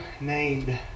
named